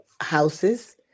houses